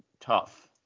tough